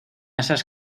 esas